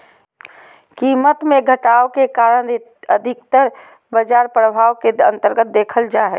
कीमत मे घटाव के कारण अधिकतर बाजार प्रभाव के अन्तर्गत देखल जा हय